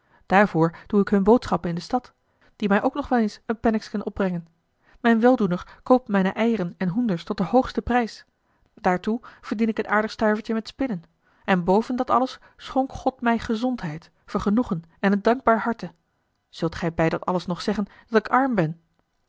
daarvoor doe ik hun boodschappen in de stad die mij ook nog wel eens een penninksken opbrengen mijn weldoener koopt mijne eieren en hoenders tot den hoogsten prijs daartoe verdien ik een aardig stuivertje met a l g bosboom-toussaint de delftsche wonderdokter eel en boven dat alles schonk god mij gezondheid vergenoegen en een dankbaar harte zult gij bij dat alles nog zeggen dat ik arm ben